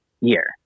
year